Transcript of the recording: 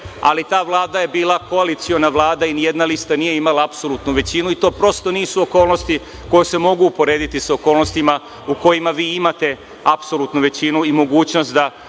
ali ta Vlada je bila koaliciona Vlada i nijedna lista nije imala apsolutnu većinu i to prosto nisu okolnosti koje se mogu uporediti sa okolnostima u kojima vi imate apsolutnu većinu i mogućnost da